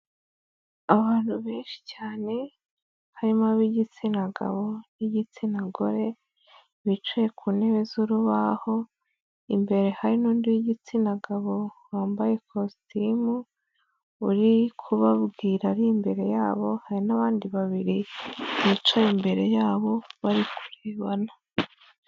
Abantu benshi cyane, harimo ab'igitsina gabo n'igitsina gore, bicaye ku ntebe z'urubaho, imbere hari n'undi w'igitsina gabo wambaye kositimu, uri kubabwira ari imbere yabo, hari n'abandi babiri bicaye imbere yabo, bari kurebana.